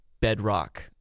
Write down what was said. Bedrock